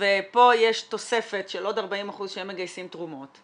ופה יש תוספת של עוד 40% שהם מגייסים תרומות,